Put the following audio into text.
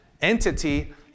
entity